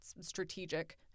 strategic